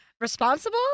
Responsible